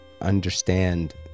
understand